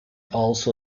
also